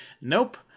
nope